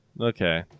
Okay